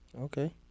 Okay